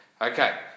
Okay